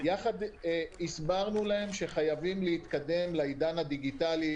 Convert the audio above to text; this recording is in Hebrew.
הסברנו להם שחייבים להתקדם לעידן הדיגיטלי,